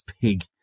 pig